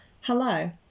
hello